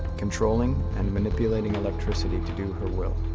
controlling and manipulating electricity to do her will.